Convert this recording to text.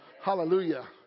Hallelujah